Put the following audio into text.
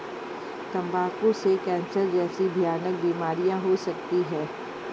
तंबाकू से कैंसर जैसी भयानक बीमारियां हो सकती है